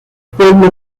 pueblo